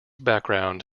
background